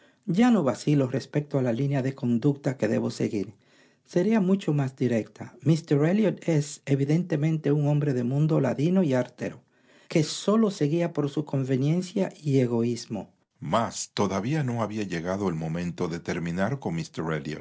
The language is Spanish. ya no vacilo respecto a la línea de conducta que debo seguir será mucho más directa míster elliot es evidentemente un hombre de mundo ladino y artero que sólo se guía por su conveniencia y egoísmo mas todavía no había llegado el momento de terminar con